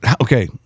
Okay